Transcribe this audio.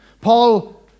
Paul